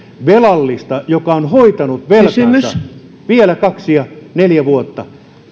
velallista joka on hoitanut velkansa vielä kaksi tai neljä vuotta